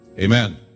Amen